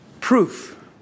Proof